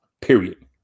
Period